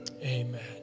Amen